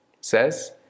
says